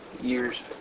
years